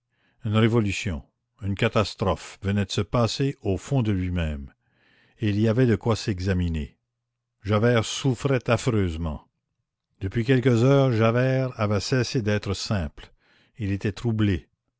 une révolution une catastrophe venait de se passer au fond de lui-même et il y avait de quoi s'examiner javert souffrait affreusement depuis quelques heures javert avait cessé d'être simple il était troublé